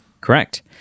Correct